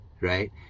right